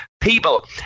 People